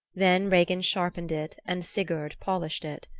then regin sharpened it and sigurd polished it.